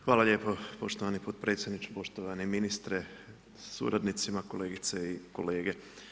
Hvala lijepo poštovani potpredsjedniče, poštovani ministre sa suradnicima, kolegice i kolege.